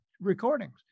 recordings